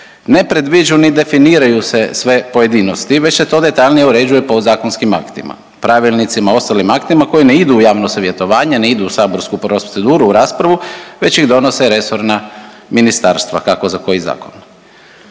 ne predviđu ni definiraju se sve pojedinosti već se to detaljnije uređuje podzakonskim aktima. Pravilnicima, ostalim aktima koji ne idu u javno savjetovanje, ne idu u saborsku proceduru u raspravu već ih donose resorna ministarstva kako za koji zakon.